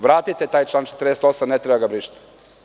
Vratite taj član 48, ne treba da ga brišete.